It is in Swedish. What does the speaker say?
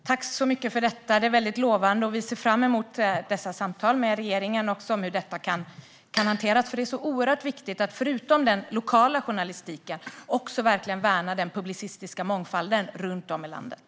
Herr talman! Det låter väldigt lovande. Vi ser fram emot dessa samtal med regeringen om hur detta kan hanteras, för det är oerhört viktigt att, förutom den lokala journalistiken, verkligen värna den publicistiska mångfalden runt om i landet.